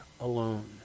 alone